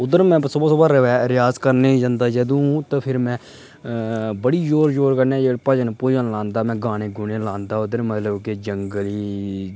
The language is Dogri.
उद्धर में सुबह् सुबह् रियाज करने ई जन्ना जदूं ते फ्ही में बड़ी जोर जोर कन्नै जे भजन भुजन गान्ना में गाने गूने उद्धर मतलब कि जंगल ऐ